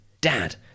Dad